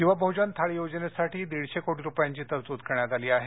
शिवभोजन थाळी योजनेसाठी दीडशे कोटी रुपयांची तरतूद करण्यात आली आहे